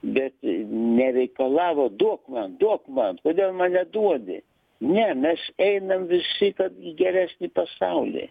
bet nereikalavo duok duok man kodėl mane neduodi ne mes einam visi kad į geresnį pasaulį